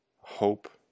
hope